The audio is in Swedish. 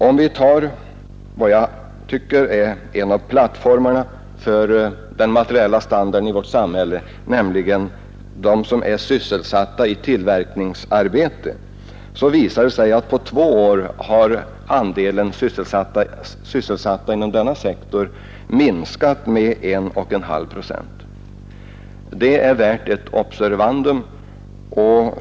Om vi tar vad jag tycker är en av plattformarna för den materiella standarden i vårt samhälle, nämligen dem som är sysselsatta i tillverkningsarbete, visar det sig att på två år har andelen sysselsatta inom denna sektor minskat med cirka 1,5 procent.